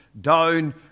down